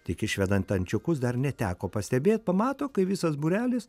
tik išvedant ančiukus dar neteko pastebėt pamato kai visas būrelis